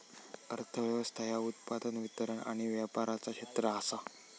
अर्थ व्यवस्था ह्या उत्पादन, वितरण आणि व्यापाराचा क्षेत्र आसा